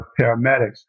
paramedics